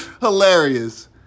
Hilarious